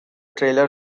trailer